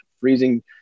freezing